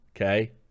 okay